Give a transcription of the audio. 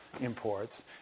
imports